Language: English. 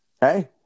Hey